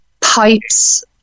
pipes